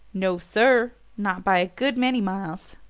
no, sir not by a good many miles.